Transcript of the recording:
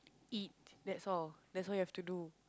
eat that's all that's all you have to do